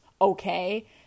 okay